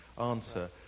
answer